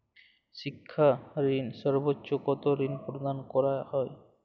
শিক্ষা ঋণে সর্বোচ্চ কতো ঋণ প্রদান করা হয়?